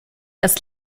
das